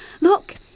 Look